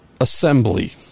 assembly